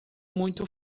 muito